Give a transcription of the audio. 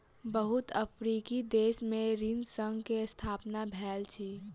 बहुत अफ्रीकी देश में ऋण संघ के स्थापना भेल अछि